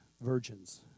virgins